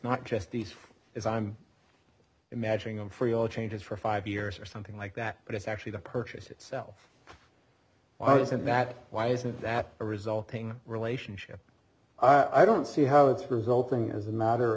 not just these is i'm imagining i'm free oil changes for five years or something like that but it's actually the purchase itself wasn't that why isn't that a resulting relationship i don't see how it's resulting as a matter